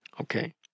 Okay